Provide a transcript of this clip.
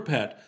Pet